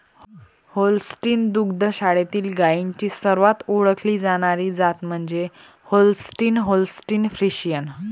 Holstein दुग्ध शाळेतील गायींची सर्वात ओळखली जाणारी जात म्हणजे होल्स्टीन होल्स्टीन फ्रिशियन